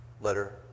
letter